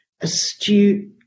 astute